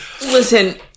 listen